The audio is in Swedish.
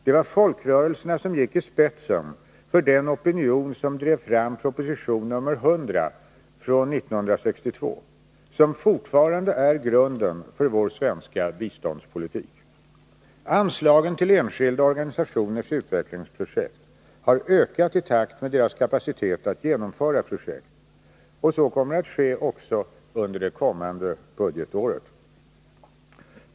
Det var folkrörelserna som gick i spetsen för den opinion som drev fram proposition nr 100 från 1962, som fortfarande är grunden för vår svenska biståndspolitik. Anslagen till enskilda organisationers utvecklingsprojekt har ökat i takt med deras kapacitet att genomföra projekt. Så kommer att ske också under det kommande budgetåret.